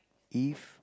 if